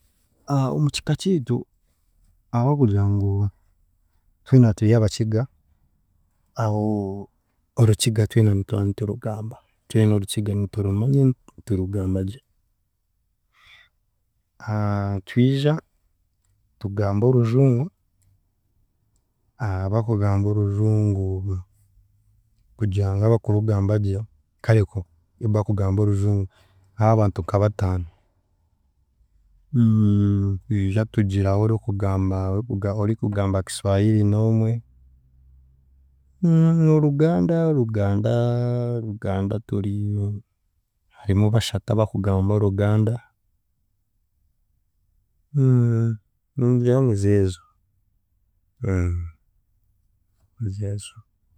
Omukika kiitu, ahabw'okugira ngu twena turi Abakiga aho Orukiga twena nituba niturugamba, twena Orukiga niturumanya niturugambagye twija tugamba Orujungu, abakugamba Orujungu kugira ngu abakurugambagye kare abakugamba Orujungu a- abantu nka bataano twija tugiraho orikugamba Orikuga orikugamba Kiswahiri n'omwe Oluganda Oluganda Oluganda turi harimu bashatu abakugamba Oluganda ningira nizeezo nizeezo